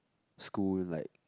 school in like